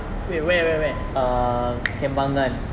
wait where where where